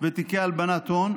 ותיקי הלבנת הון,